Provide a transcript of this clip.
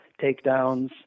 takedowns